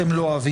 אתם לא אוהבים,